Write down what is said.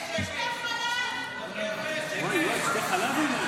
לך תשתה חלב.